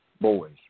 Boys